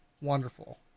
wonderful